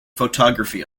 photography